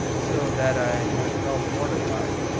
so that i have felt mortified,